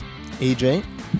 AJ